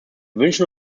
wünschen